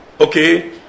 okay